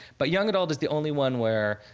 but young adult is the only one where